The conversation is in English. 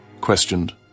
Questioned